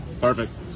Perfect